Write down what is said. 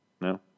no